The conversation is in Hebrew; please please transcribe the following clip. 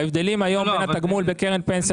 ההבדלים היום בין התגמול בקרן פנסיה